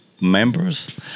members